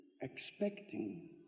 expecting